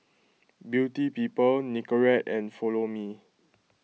Beauty People Nicorette and Follow Me